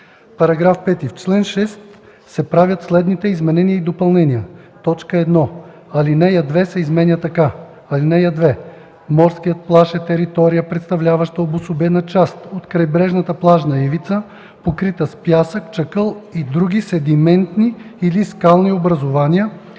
§ 5: „§ 5. В чл. 6 се правят следните изменения и допълнения: 1. Алинея 2 се изменя така: „(2) Морският плаж е територия, представляваща обособена част от крайбрежната плажна ивица, покрита с пясък, чакъл и други седиментни или скални образувания